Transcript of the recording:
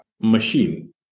machine